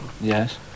Yes